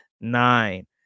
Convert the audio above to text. nine